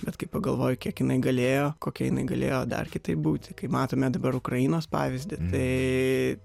bet kai pagalvoju kiek jinai galėjo kokia jinai galėjo dar kitaip būti kaip matome dabar ukrainos pavyzdį tai